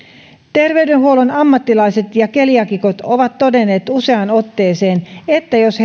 terveydenhuollon ammattilaiset ja keliaakikot ovat todenneet useaan otteeseen että jos